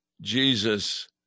Jesus